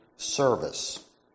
service